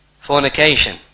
fornication